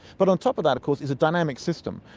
but on top of that of course is a dynamic system.